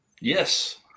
Yes